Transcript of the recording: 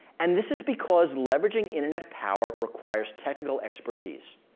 and this is because leveraging internet power requires technical expertise.